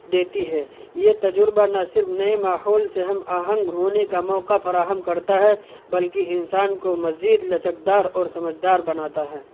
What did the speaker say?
دیتی ہے یہ تجربہ نہ صرف نئے ماحول سے ہم آہنگ ہونے کا موقع فراہم کرتا ہے بلکہ انسان کو مزید لچکدار اور سمجھدار بناتا ہے